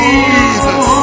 Jesus